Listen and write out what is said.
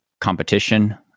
competition